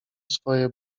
swoje